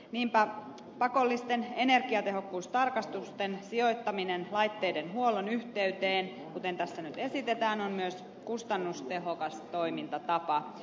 niinpä pakollisten energiatehokkuustarkastusten sijoittaminen laitteiden huollon yhteyteen kuten tässä nyt esitetään on myös kustannustehokas toimintatapa